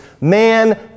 man